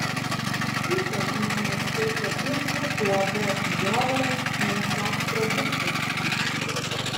ypač žmonės pirko biržų uab jovaras mėsos produktus